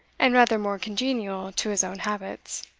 and rather more congenial to his own habits.